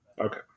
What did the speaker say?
Okay